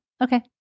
Okay